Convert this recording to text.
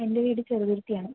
എന്റെ വീട് ചെറുതുരുത്തിയാണ്